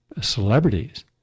celebrities